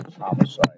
homicide